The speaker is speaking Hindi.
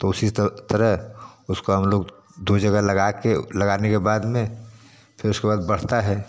तो उसी तरह उसको हम लोग दो जगह लगाके लगाने के बाद में फिर उसके बाद बढ़ता है